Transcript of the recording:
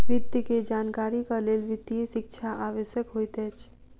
वित्त के जानकारीक लेल वित्तीय शिक्षा आवश्यक होइत अछि